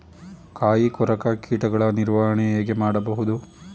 ಕಾಯಿ ಕೊರಕ ಕೀಟಗಳ ನಿರ್ವಹಣೆ ಹೇಗೆ ಮಾಡಬಹುದು?